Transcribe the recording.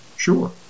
sure